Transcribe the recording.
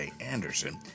Anderson